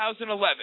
2011